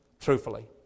truthfully